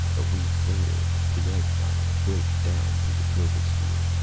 a week later, the eggnog braked down through the troposphere,